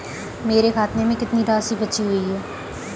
मेरे खाते में कितनी राशि बची हुई है?